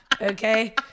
okay